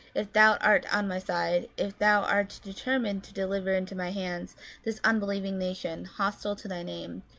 if thou art on my side, if thou art determined to deliver into my hands this unbelieving nation, hostile to thy name,